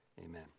Amen